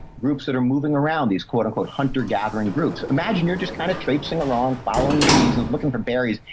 groups that are moving around these quote unquote hunter gathering groups. imagine you're just kind of traipsing around following the season, looking for berries.